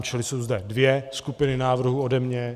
Čili jsou zde dvě skupiny návrhů ode mne.